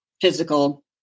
physical